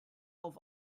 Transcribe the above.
auf